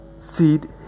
seed